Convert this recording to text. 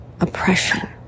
oppression